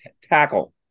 Tackle